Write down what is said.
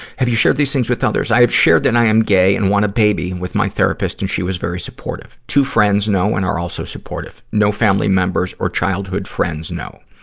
have you shared these things with others? i have shared that i am gay and want a baby with my therapist, and she was very supportive. two friends know and are also supportive. no family members of childhood friends know.